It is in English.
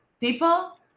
People